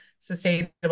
sustainable